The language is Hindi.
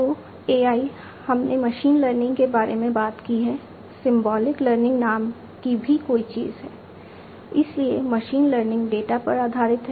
तो AI हमने मशीन लर्निंग के बारे में बात की है सिंबोलिक लर्निंग प्रतीक आधारित है